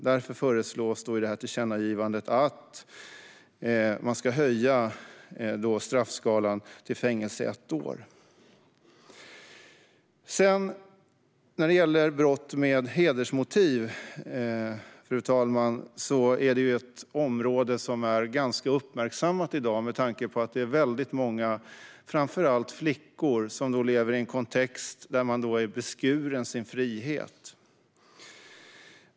Därför föreslås i tillkännagivandet att man ska höja straffskalan till fängelse i ett år. Fru talman! Brott med hedersmotiv är ett område som är ganska uppmärksammat i dag med tanke på att det är ganska många - framför allt flickor - som lever i en kontext där de är beskurna sin frihet.